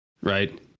right